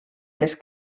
les